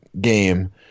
game